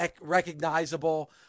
recognizable